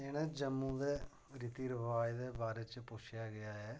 इनें जम्मू दे रीति रवाज़ दे बारे च पुच्छेआ गेआ ऐ